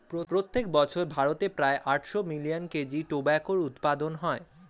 প্রত্যেক বছর ভারতে প্রায় আটশো মিলিয়ন কেজি টোবাকোর উৎপাদন হয়